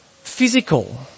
physical